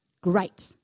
Great